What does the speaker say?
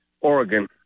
oregon